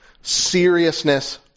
Seriousness